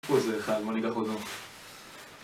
הוא זה אחד, בוא ניקח אותו